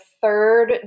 third